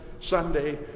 Sunday